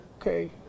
okay